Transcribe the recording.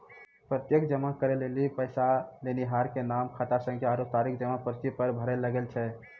प्रत्यक्ष जमा करै लेली पैसा लेनिहार के नाम, खातासंख्या आरु तारीख जमा पर्ची पर भरै लागै छै